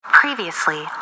Previously